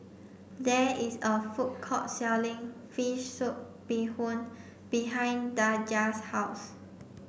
there is a food court selling fish soup bee hoon behind Daja's house